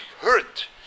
hurt